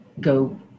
go